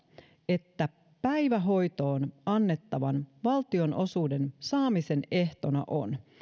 että päivähoitoon annettavan valtionosuuden saamisen ehtona on